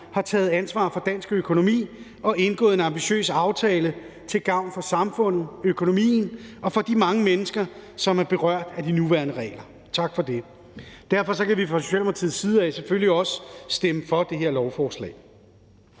har taget ansvar for dansk økonomi og indgået en ambitiøs aftale til gavn for samfundet, økonomien og for de mange mennesker, som er berørt af de nuværende regler. Tak for det. Derfor kan vi fra Socialdemokratiets side selvfølgelig også stemme for det her lovforslag.